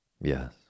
Yes